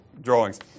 drawings